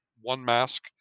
one-mask